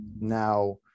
now